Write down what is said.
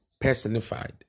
personified